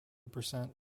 percent